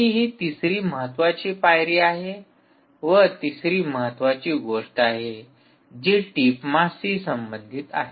C ही तिसरी महत्वाची पायरी व तिसरी महत्वाची गोष्ट आहे जी टीप मासशी संबंधित आहे